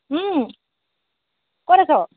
ক'ত আছ